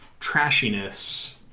trashiness